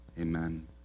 amen